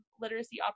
literacy